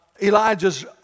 Elijah's